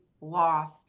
loss